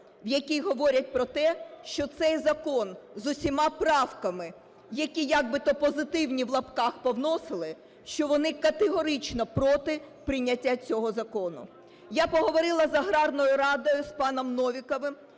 в якій говорять про те, що цей закон з усіма правками, які якби-то "позитивні" (в лапках) повносили, що вони категорично проти прийняття цього закону. Я поговорила з аграрною радою, з паном Новіковим,